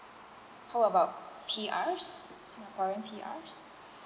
how about P_R's singaporean P_R's